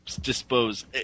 dispose